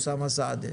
אוסאמה סעדי.